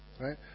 Right